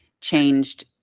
changed